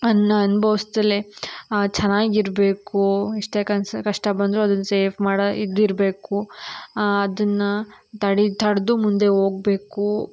ಅದನ್ನ ಅನ್ಭವ್ಸ್ದೇ ಚೆನ್ನಾಗಿರ್ಬೇಕು ಎಷ್ಟೇ ಕನ್ಸ ಕಷ್ಟ ಬಂದ್ರೂ ಅದನ್ನು ಸೇವ್ ಮಾಡೋ ಇದು ಇರಬೇಕು ಅದನ್ನು ತಡೆ ತಡೆದು ಮುಂದೆ ಹೋಗ್ಬೇಕು